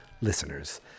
listeners